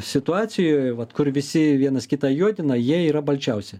situacijoje vat kur visi vienas kitą juodina jie yra balčiausi